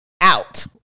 out